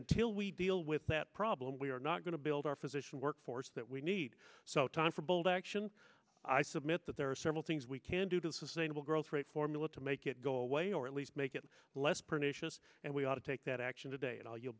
until we deal with that problem we are not going to build our physician workforce that we need so time for bold action i submit that there are several things we can do to sustainable growth rate formula to make it go away or at least make it less pernicious and we ought to take that action today and all your